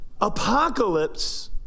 Apocalypse